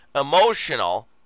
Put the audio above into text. emotional